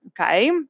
okay